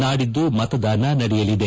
ನಾಡಿದ್ದು ಮತದಾನ ನಡೆಯಲಿದೆ